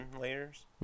layers